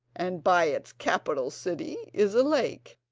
and by its capital city is a lake,